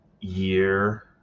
year